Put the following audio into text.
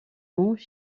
monts